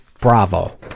Bravo